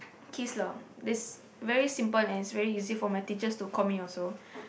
Qis lah this very simple and is very easy for my teachers to call me also